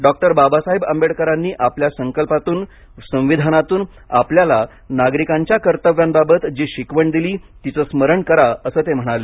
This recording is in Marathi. डॉक्टर बाबासाहेब आंबेडकरांनी आपल्या संकल्पातून संविधानातून आपल्याला नागरिकांच्या कर्तव्यांबाबत जी शिकवण दिली तिचे स्मरण करा असे ते म्हणाले